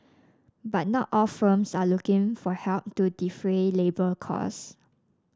but not all firms are looking for help to defray labour cost